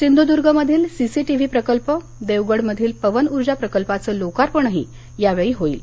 सिंधुद्गमधील CCTV प्रकल्प देवगडमधील पवन ऊर्जा प्रकल्पाचं लोकार्पणही यावेळी होईल